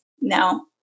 no